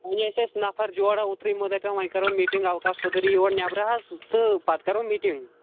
وُنہِ ٲسۍ اَسہِ نفر جورا اوٗترٕ یِمو دپیٛاو وۄنۍ کرو میٖٹِنگ اوقاف صٔدر یِیہِ اور نیٚبرٕ حظ سُہ تہٕ پتہٕ کرو میٖٹنِگ